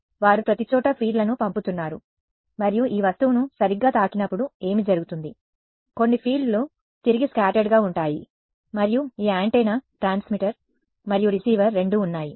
కాబట్టి వారు ప్రతిచోటా ఫీల్డ్లను పంపుతున్నారు మరియు ఈ వస్తువును సరిగ్గా తాకినప్పుడు ఏమి జరుగుతుంది కొన్ని ఫీల్డ్లు తిరిగి స్కాటర్డ్ గా ఉంటాయి మరియు ఈ యాంటెన్నా ట్రాన్స్మిటర్ మరియు రిసీవర్ రెండూ ఉన్నాయి